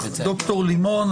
ד"ר לימון,